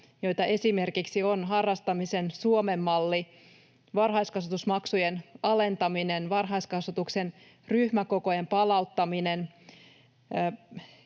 joita esimerkiksi ovat harrastamisen Suomen malli, varhaiskasvatusmaksujen alentaminen, varhaiskasvatuksen ryhmäkokojen palauttaminen,